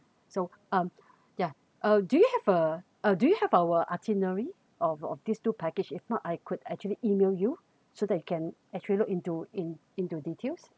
so um yeah uh do you have uh uh do you have our itinerary of of these two package if not I could actually email you so that you can actually look into in into details